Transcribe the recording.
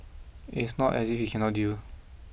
and it's not as if he cannot deal